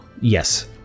yes